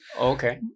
okay